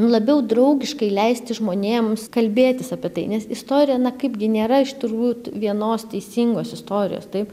labiau draugiškai leisti žmonėms kalbėtis apie tai nes istorija na kaipgi nėra turbūt vienos teisingos istorijos taip